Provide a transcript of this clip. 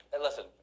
Listen